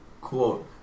quote